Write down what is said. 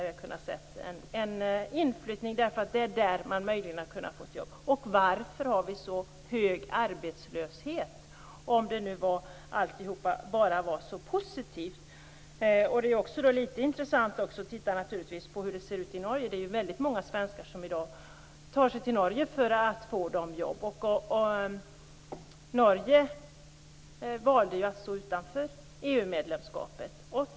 Vi har kunnat se en inflyttning, därför att det är där man har kunnat få jobb. Varför har vi så hög arbetslös om alltihop var så positivt? Det är naturligtvis också intressant att titta på hur det ser ut i Norge. Väldigt många svenskar tar sig i dag till Norge för att få jobb. Norge valde att stå utanför EU.